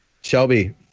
Shelby